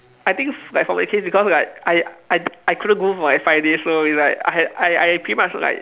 I think f~ like for my case because like I I I couldn't go for like five days so it's like I had I I pretty much like